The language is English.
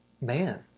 man